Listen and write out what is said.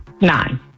Nine